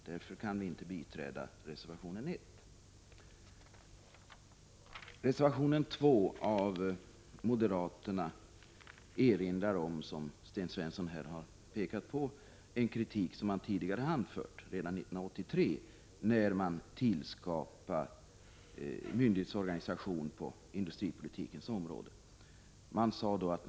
Därför kan vi inte biträda reservation 1. I reservation 2 erinrar moderaterna, som Sten Svensson här har sagt, om en kritik som man redan tidigare anfört, nämligen 1983, när myndighetsorganisationen på industripolitikens område skapades.